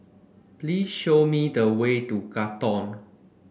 please show me the way to Katong